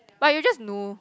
but you just know